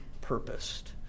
purposed